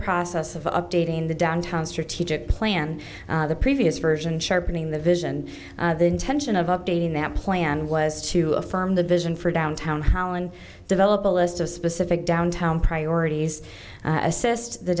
process of up dating the downtown strategic plan the previous version sharpening the vision the intention of updating that plan was to affirm the vision for downtown holland develop a list of specific downtown priorities assist the